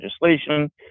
legislation